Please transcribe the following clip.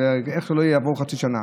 ואיך זה לא יעבור חצי שנה.